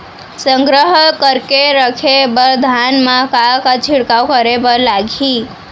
संग्रह करके रखे बर धान मा का का छिड़काव करे बर लागही?